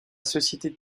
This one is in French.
société